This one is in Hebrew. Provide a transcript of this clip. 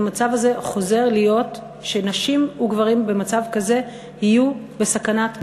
המצב חוזר להיות שנשים וגברים במצב כזה יהיו בסכנת מאסר.